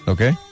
Okay